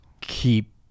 keep